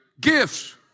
gifts